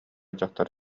дьахтар